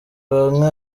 bamwe